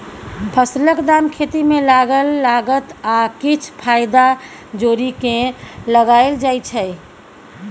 फसलक दाम खेती मे लागल लागत आ किछ फाएदा जोरि केँ लगाएल जाइ छै